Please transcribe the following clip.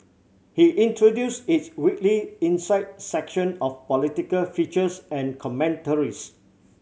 he introduced its weekly Insight section of political features and commentaries